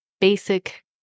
basic